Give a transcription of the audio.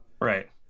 Right